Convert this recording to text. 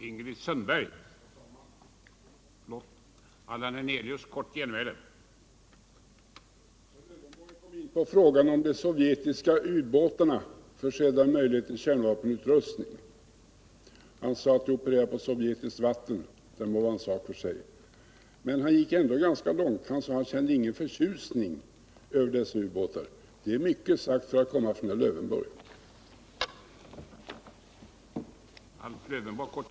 Herr talman! Herr Lövenborg kom in på frågan om de sovjetiska u-båtarna försedda med kärnvapenutrustning. Han sade att de opererar på sovjetiskt vatten, och det må vara en sak för sig. Men han gick ändå ganska långt; han sade att han kände ingen förtjusning över dessa u-båtar. Det är mycket sagt för att komma från herr Lövenborg.